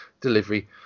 delivery